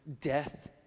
death